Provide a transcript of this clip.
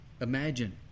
Imagine